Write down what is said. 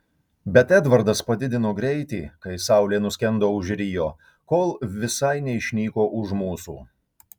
bet edvardas padidino greitį kai saulė nuskendo už rio kol visai neišnyko už mūsų